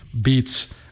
beats